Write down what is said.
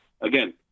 again